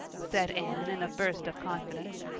said anne in a burst of confidence,